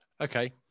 Okay